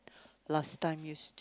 last time used to